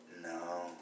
no